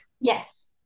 Yes